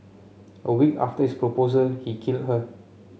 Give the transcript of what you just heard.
a week after his proposal he killed her